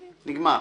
גמרנו.